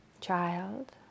child